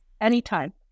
anytime